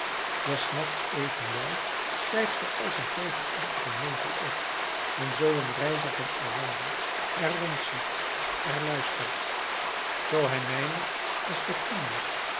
des nachts evenwel stijgt er als een tooverachtige nevel op en zoo een reiziger er wandelt er rondziet er luistert zoo hij mijmert als virgilius